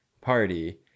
party